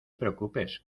preocupes